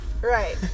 Right